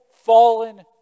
fallen